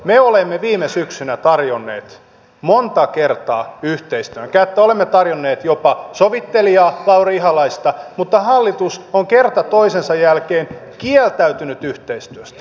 me olemme viime syksynä tarjonneet monta kertaa yhteistyötä olemme tarjonneet jopa sovittelijaa lauri ihalaista mutta hallitus on kerta toisensa jälkeen kieltäytynyt yhteistyöstä